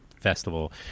festival